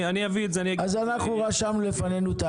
אז אנחנו רשמנו בפנינו את